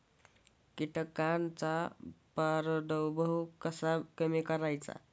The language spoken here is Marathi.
कीटकांचा प्रादुर्भाव कसा कमी करायचा?